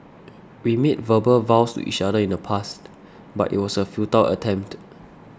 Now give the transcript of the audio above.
we made verbal vows to each other in the past but it was a futile attempt